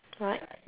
right